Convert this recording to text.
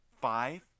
five